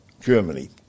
Germany